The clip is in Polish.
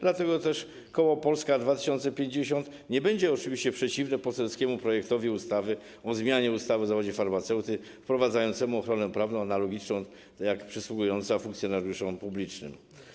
Dlatego też koło Polska 2050 oczywiście nie będzie przeciwne poselskiemu projektowi ustawy o zmianie ustawy o zawodzie farmaceuty wprowadzającemu ochronę prawną analogiczną do ochrony przysługującej funkcjonariuszom publicznym.